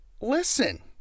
Listen